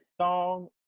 song